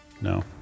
no